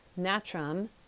natrum